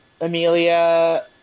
Amelia